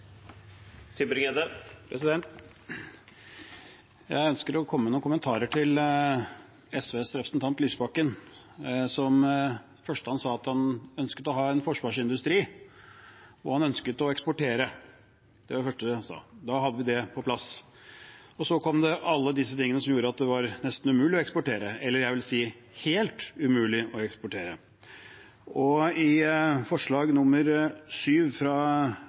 3 minutter. Jeg ønsker å komme med noen kommentarer til SVs representant, Lysbakken. Det første han sa, var at han ønsket å ha en forsvarsindustri, og han ønsket å eksportere. Det var det første han sa, da hadde vi det på plass. Så kom alle disse tingene som gjorde at det var nesten umulig å eksportere, eller jeg vil si helt umulig å eksportere. I forslag nr. 7, fra